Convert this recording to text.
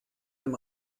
dem